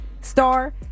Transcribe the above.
star